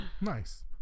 Nice